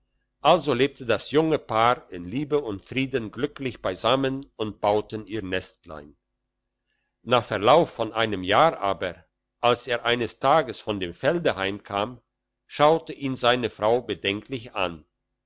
also lebte das junge paar in liebe und frieden glücklich beisammen und bauten ihr nestlein nach verlauf von einem jahr aber als er eines tages von dem felde heimkam schaute ihn seine frau bedenklich an